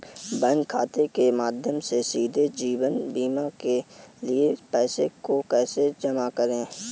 Bank खाते के माध्यम से सीधे जीवन बीमा के लिए पैसे को कैसे जमा करें?